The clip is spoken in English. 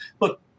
Look